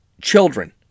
children